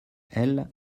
elle